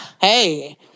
Hey